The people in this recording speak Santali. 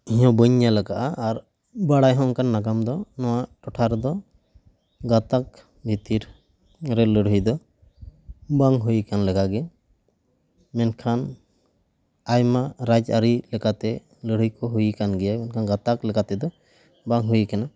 ᱤᱧ ᱦᱚᱸ ᱵᱟᱹᱧ ᱧᱮᱞ ᱟᱠᱟᱫᱼᱟ ᱟᱨ ᱵᱟᱲᱟᱭ ᱦᱚᱸ ᱚᱱᱠᱟᱱ ᱱᱟᱜᱟᱢ ᱫᱚ ᱱᱚᱣᱟ ᱴᱚᱴᱷᱟ ᱨᱮᱫᱚ ᱜᱟᱛᱟᱠ ᱵᱷᱤᱛᱤᱨ ᱨᱮ ᱞᱟᱹᱲᱦᱟᱹᱭ ᱫᱚ ᱵᱟᱝ ᱦᱩᱭᱟᱠᱟᱱ ᱞᱮᱠᱟᱜᱮ ᱢᱮᱱᱠᱷᱟᱱ ᱟᱭᱢᱟ ᱨᱟᱡᱽ ᱟᱹᱨᱤ ᱞᱮᱠᱟᱛᱮ ᱞᱟᱹᱲᱦᱟᱹᱭ ᱠᱚ ᱦᱩᱭ ᱟᱠᱟᱱ ᱜᱮᱭᱟ ᱢᱮᱱᱠᱷᱟᱱ ᱜᱟᱛᱟᱠ ᱞᱮᱠᱟ ᱛᱮᱫᱚ ᱵᱟᱝ ᱦᱩᱭ ᱟᱠᱟᱱᱟ